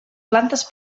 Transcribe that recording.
plantes